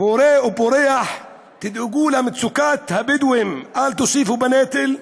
פורה ופורח תדאגו למצוקת הבדואים, אל תוסיפו לנטל.